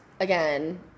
again